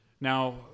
Now